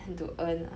than to earn ah